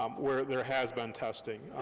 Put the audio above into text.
um where there has been testing.